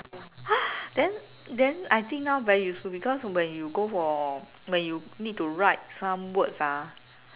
!huh! then then I think now very useful because when you go for when you need to write some words ah